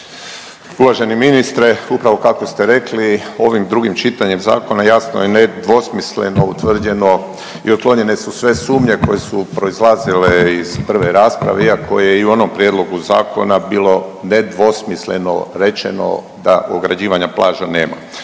Uvaženi ministre, upravo kako ste rekli ovim drugim čitanjem zakona jasno je i nedvosmisleno utvrđeno i otklonjene su sve sumnje koje su proizlazile iz prve rasprave iako je i u onom prijedlogu zakona bilo nedvosmisleno rečeno da ograđivanja plaža nema.